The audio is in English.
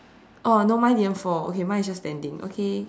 oh no mine didn't fall okay mine is just standing okay